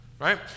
right